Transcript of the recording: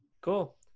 Cool